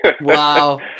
Wow